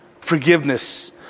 forgiveness